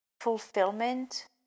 fulfillment